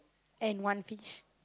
and one fish